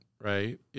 right